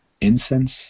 Incense